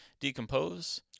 decompose